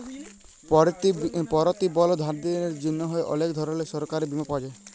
পরতিবলধীদের জ্যনহে অলেক ধরলের সরকারি বীমা পাওয়া যায়